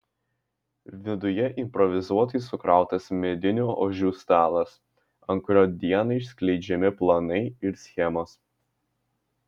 viduje improvizuotai sukrautas medinių ožių stalas ant kurio dieną išskleidžiami planai ir schemos